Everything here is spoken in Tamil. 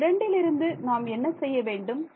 இந்த இரண்டில் இருந்து நாம் என்ன செய்ய வேண்டும்